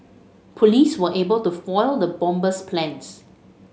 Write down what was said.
police were able to foil the bomber's plans